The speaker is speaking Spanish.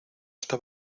está